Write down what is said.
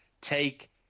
take